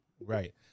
Right